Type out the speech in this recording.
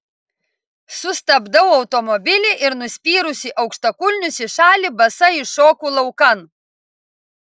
sustabdau automobilį ir nuspyrusi aukštakulnius į šalį basa iššoku laukan